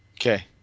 okay